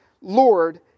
Lord